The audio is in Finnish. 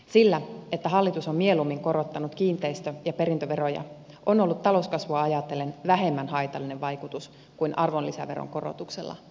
sillä että hallitus on mieluummin korottanut kiinteistö ja perintöveroja on ollut talouskasvua ajatellen vähemmän haitallinen vaikutus kuin arvonlisäveron korotuksella olisi ollut